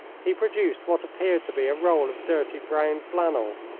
he produced what appeared to be a roll of dirty brown flannel.